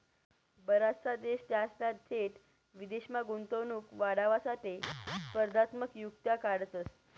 बराचसा देश त्यासना थेट विदेशमा गुंतवणूक वाढावासाठे स्पर्धात्मक युक्त्या काढतंस